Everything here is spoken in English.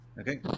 okay